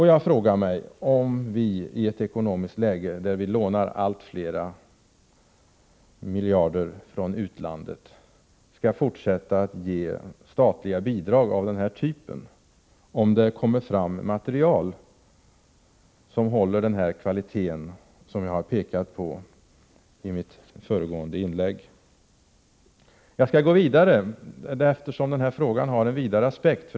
Jag undrar om vi i ett ekonomiskt läge där vi lånar allt fler miljarder från utlandet skall fortsätta att ge statliga bidrag av den här typen, ifall det kommer fram material av det här slaget. Jag skall fortsätta, eftersom den här frågan har en vidare aspekt.